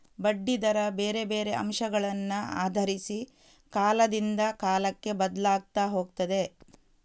ಬಡ್ಡಿ ದರ ಬೇರೆ ಬೇರೆ ಅಂಶಗಳನ್ನ ಆಧರಿಸಿ ಕಾಲದಿಂದ ಕಾಲಕ್ಕೆ ಬದ್ಲಾಗ್ತಾ ಹೋಗ್ತದೆ